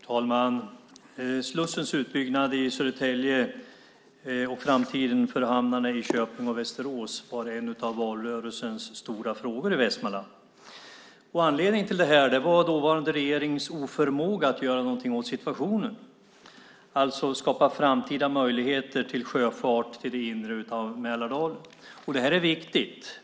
Herr talman! Slussens utbyggnad i Södertälje och framtiden för hamnarna i Köping och Västerås var en av valrörelsens stora frågor i Västmanland. Anledningen till det var den dåvarande regeringens oförmåga att göra någonting åt situationen, alltså skapa framtida möjligheter till sjöfart till det inre av Mälardalen. Det här är viktigt.